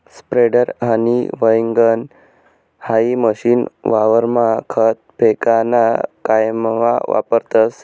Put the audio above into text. spreader, honey wagon हाई machine वावरमा खत फेकाना काममा वापरतस